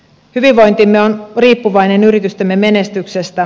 hyvinvointimme on riippuvainen yritystemme menestyksestä